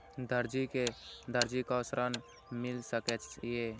दर्जी कै ऋण मिल सके ये?